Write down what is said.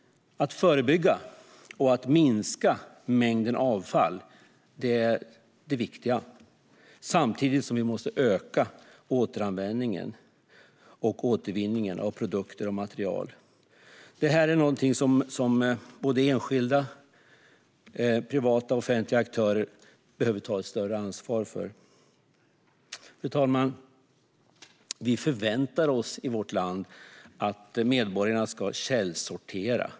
Att förebygga och minska mängden avfall är det viktiga. Samtidigt måste vi öka återanvändningen och återvinningen av produkter och material. Detta är något som enskilda, privata och offentliga aktörer behöver ta ett större ansvar för. Fru talman! Vi förväntar oss i vårt land att medborgarna ska källsortera.